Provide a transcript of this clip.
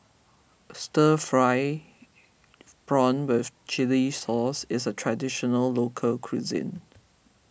Stir Fried Prawn with Chili Sauce is a Traditional Local Cuisine